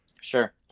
Sure